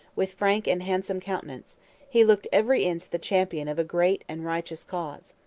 with frank and handsome countenance he looked every inch the champion of a great and righteous cause.